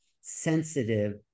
sensitive